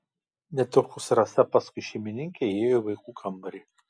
netrukus rasa paskui šeimininkę įėjo į vaikų kambarį